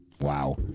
wow